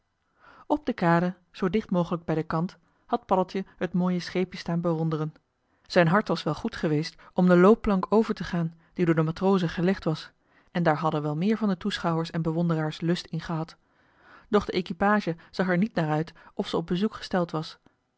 de kade zoo dicht mogelijk bij den kant had paddeltje het mooie scheepje staan bewonderen zijn hart was wel goed geweest om de loopplank over te gaan die door de matrozen gelegd was en daar hadden wel meer van de toeschouwers en bewonderaars lust in gehad doch de equipage zag er niet naar uit of ze op bezoek gesteld was